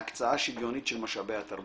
להקצאה שוויונית של משאבי התרבות.